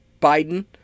Biden